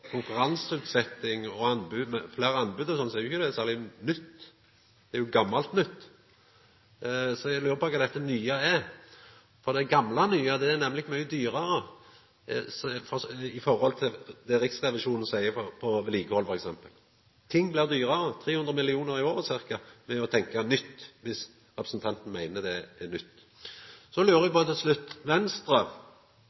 og fleire anbod osv., er jo ikkje det særleg nytt. Det er gammalt nytt. Så eg lurer på kva dette nye er, for det gamle nye er nemleg mykje dyrare i forhold til det Riksrevisjonen seier om f.eks. vedlikehald. Ting blir dyrare, ca. 300 mill. kr i året, ved å tenkja «nytt» – dersom representanten meiner det er nytt. Så lurer eg